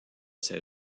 ses